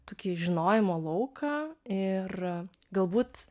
tokį žinojimo lauką ir galbūt